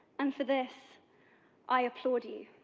and for this i applaud you.